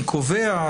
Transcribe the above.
מי קובע?